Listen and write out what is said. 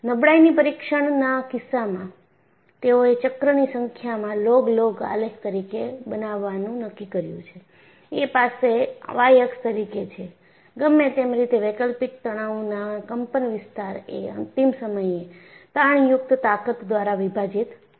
નબળાઈની પરીક્ષણના કિસ્સામાં તેઓએ ચક્રની સંખ્યામાં લોગ લોગ આલેખ તરીકે બનાવવાનું નક્કી કર્યું છે એ પાસે y અક્ષ તરીકે છે ગમે તેમ રીતે વૈકલ્પિક તણાવના કંપનવિસ્તારએ અંતિમ સમય એ તાણયુક્ત તાકત દ્વારા વિભાજિત થાય છે